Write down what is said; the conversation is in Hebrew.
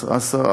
קסר-א-סיר,